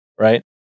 right